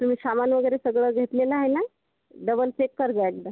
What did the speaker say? तुम्ही सामान वगैरे सगळं घेतलेलं आहे ना डबल चेक कर एकदा